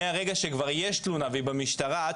מהרגע שכבר יש תלונה והיא במשטרה עד